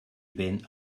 vent